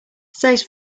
says